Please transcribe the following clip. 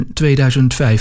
2005